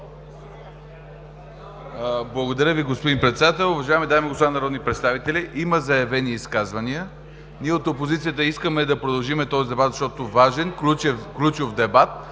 Благодаря Ви, господин Председател. Уважаеми дами и господа народни представители! Има заявени изказвания. Ние от опозицията искаме да продължим този дебат, защото е важен, ключов дебат.